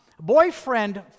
Boyfriend